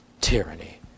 tyranny